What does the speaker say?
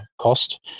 cost